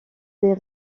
des